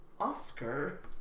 Oscar